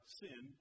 sin